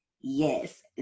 Yes